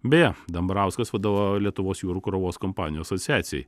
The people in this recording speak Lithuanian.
beje dambrauskas vadovauja lietuvos jūrų krovos kompanijų asociacijai